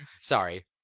Sorry